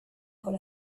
con